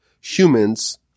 Humans